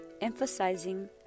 emphasizing